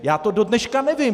Já to dodneška nevím.